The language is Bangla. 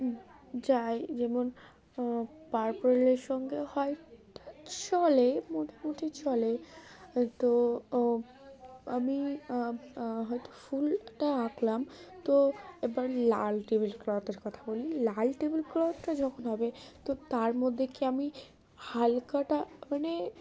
যাই যেমন পার্পলের সঙ্গে হোয়াইট চলে মোটামুটি চলে তো আমি হয়তো ফুলটা আঁকলাম তো এবার লাল টেবিল ক্লথের কথা বলি লাল টেবিল ক্লথ টা যখন হবে তো তার মধ্যে কি আমি হালকা টা মানে